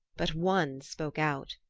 but one spoke out,